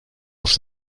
auf